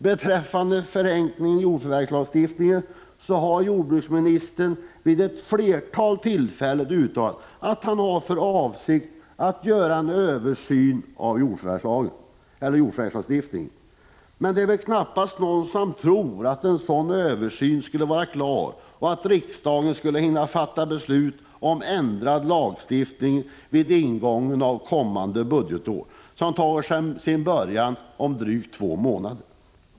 Beträffande förenklingen av jordförvärvslagstiftningen har jordbruksministern vid ett flertal tillfällen uttalat att han har för avsikt att göra en översyn av denna lagstiftning. Men knappast någon kan väl tro att en sådan översyn skulle kunna vara klar i sådan tid att riksdagen hinner fatta beslut om ändrad lagstiftning före ingången av kommande budgetår, som tar sin början om drygt två månader.